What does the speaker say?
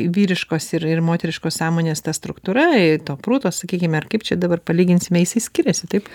vyriškos ir ir moteriškos sąmonės ta struktūra to proto sakykim ar kaip čia dabar palyginsime jisai skiriasi taip